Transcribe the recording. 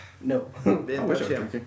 No